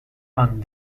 and